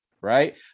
right